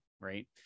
Right